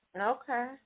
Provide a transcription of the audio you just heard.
Okay